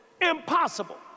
impossible